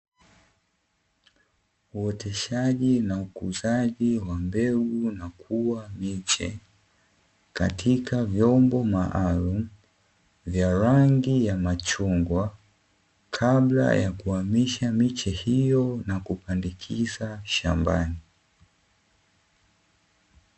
Uoteshaji na ukuzaji wa mbegu na kuwa miche, katika vyombo maalumu vya rangi ya machungwa, kabla ya kuhamisha miche hiyo na kuipandikiza shambani.